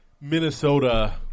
Minnesota